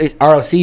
ROC